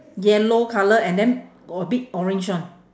yellow colour and then got a bit orange one